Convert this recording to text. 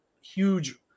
huge